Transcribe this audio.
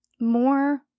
more